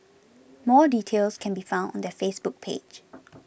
more details can be found on their Facebook page